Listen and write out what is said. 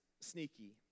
sneaky